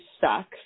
sucks